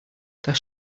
das